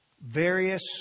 Various